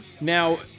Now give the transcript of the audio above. Now